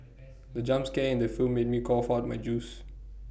the jump scare in the film made me cough out my juice